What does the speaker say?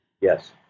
Yes